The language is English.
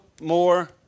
more